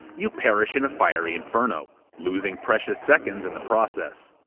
you perish in a fiery inferno, losing precious seconds in the process.